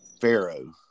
Pharaoh